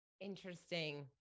Interesting